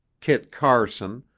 kit carson,